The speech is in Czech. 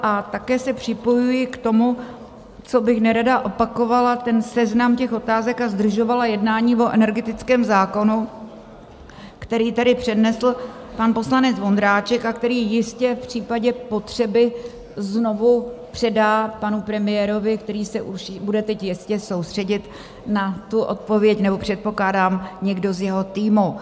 A také se připojuji k tomu, co bych nerada opakovala, ten seznam těch otázek a zdržovala jednání o energetickém zákonu, který tady přednesl pan poslanec Vondráček a který jistě v případě potřeby znovu předá panu premiérovi, který se teď už bude jistě soustředit na tu odpověď, nebo předpokládám někdo z jeho týmu.